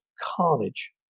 carnage